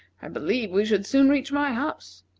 i believe we should soon reach my house.